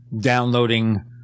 downloading